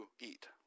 eat